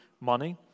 money